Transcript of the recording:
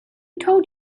told